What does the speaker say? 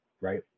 right